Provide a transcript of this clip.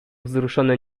wzruszony